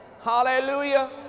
hallelujah